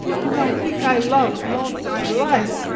whom i think i love beyond my life,